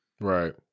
Right